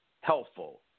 helpful